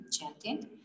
chanting